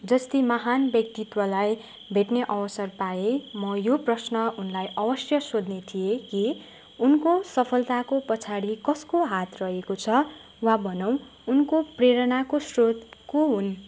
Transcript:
जस्ती महान् व्यक्तित्वलाई भेट्ने अवसर पाएँ म यो प्रश्न उनलाई अवश्य सोध्ने थिएँ कि उनको सफलताको पछाडि कसको हात रहेको छ वा भनौँ उनको प्रेरणाको स्रोत को हुन्